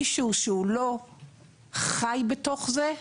מישהו שלא חי בתוך זה,